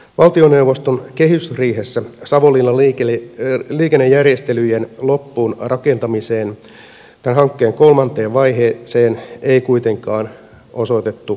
valtioneuvoston kehysriihessä savonlinnan liikennejärjestelyjen loppuun rakentamiseen tämän hankkeen kolmanteen vaiheeseen ei kuitenkaan osoitettu määrärahoja